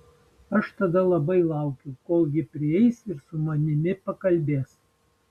aš tada labai laukiau kol ji prieis ir su manimi pakalbės